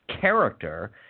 character